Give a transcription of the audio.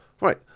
Right